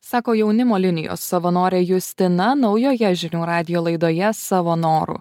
sako jaunimo linijos savanorė justina naujoje žinių radijo laidoje savo noru